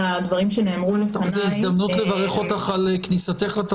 דובר כאן הרבה על המעמד המיוחד של השפה